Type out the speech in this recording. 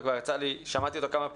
וכבר שמעתי אותו כמה פעמים.